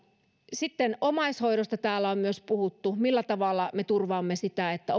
sitten omaishoidosta täällä on myös puhuttu millä tavalla me turvaamme sitä että